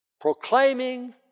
proclaiming